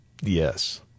Yes